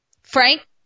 Frank